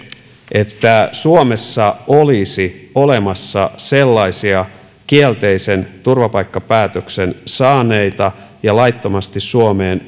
että suomessa olisi olemassa sellaisia kielteisen turvapaikkapäätöksen saaneita ja laittomasti suomeen